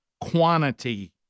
quantity